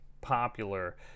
popular